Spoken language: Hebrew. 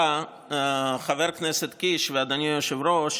ברשותכם, חבר הכנסת קיש ואדוני היושב-ראש,